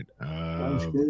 right